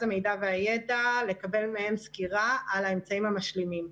המידע והידע על האמצעים המשלימים,